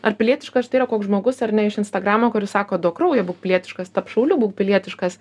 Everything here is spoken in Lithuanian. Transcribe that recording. ar pilietiška štai yra koks žmogus ar ne iš instagramo kuris sako duok kraujo būk pilietiškas tapk šauliu būk pilietiškas